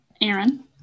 aaron